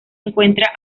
encuentra